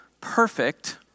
perfect